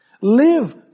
Live